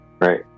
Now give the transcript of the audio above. right